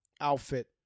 outfit